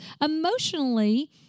Emotionally